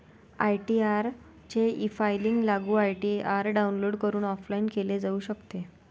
ITR चे e filing लागू ITR download करून ऑफलाइन केले जाऊ शकते